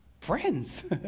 friends